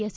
S